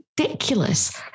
ridiculous